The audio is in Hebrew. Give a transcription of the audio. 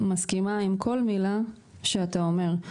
מסכימה עם כל מילה שאתה אומר.